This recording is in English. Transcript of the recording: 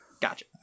Gotcha